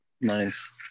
nice